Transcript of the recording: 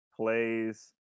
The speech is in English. plays